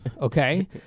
okay